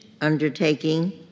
undertaking